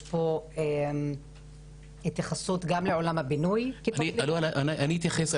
יש פה התייחסות גם לעולם הבינוי --- אני אתייחס,